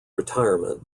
retirement